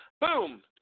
boom